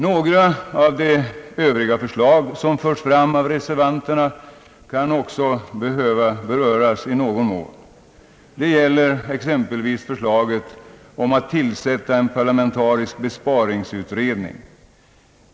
Några av de övriga förslag som förs fram av reservanterna kan också behöva beröras. Detta gäller t.ex. förslaget att tillsätta en parlamentarisk besparingsutredning.